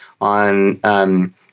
on